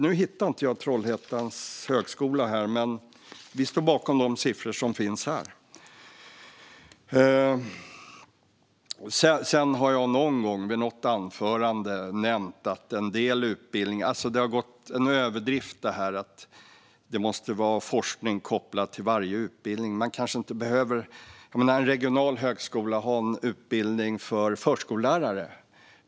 Nu hittar jag inte Trollhättans högskola. Men vi står bakom de siffror som finns här. Jag har någon gång i något anförande nämnt att det har gått till överdrift att det måste vara forskning kopplad till varje utbildning. En regional högskola kan ha en utbildning för förskollärare.